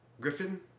Griffin